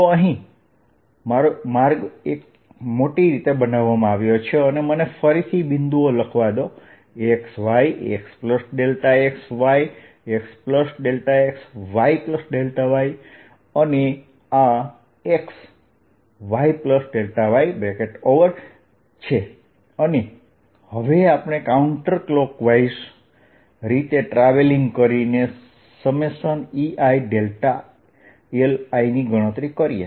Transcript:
તો અહીં મારો માર્ગ એક મોટી રીતે બનાવવામાં આવ્યો છે અને મને ફરીથી બિંદુઓ લખવા દો xy xxy xxyy અને આ xyy છે અને હવે આપણે કાઉન્ટર ક્લોકવાઇઝ રીતે ટ્રાવેલિંગ કરીને Eili ની ગણતરી કરીએ